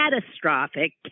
catastrophic